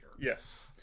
Yes